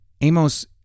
Amos